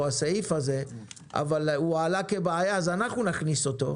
אבל הוא עלה כבעיה אז אנחנו נכניס אותו.